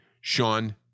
Sean